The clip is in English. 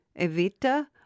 Evita